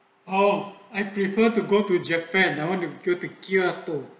oh I prefer to go to japan I to go to kyoto